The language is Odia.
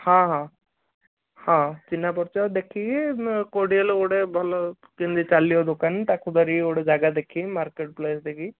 ହଁ ହଁ ହଁ ଚିହ୍ନା ପରିଚୟ ଦେଖିକି କେଉଁଠି ହେଲେ ଗୋଟେ ଭଲ କେମିତି ଚାଲିବ ଦୋକାନ ତାକୁ ଧରିକି ଗୋଟେ ଯାଗା ଦେଖିକି ମାର୍କେଟ ପ୍ଲେସ୍ ଦେଖିକି